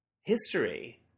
history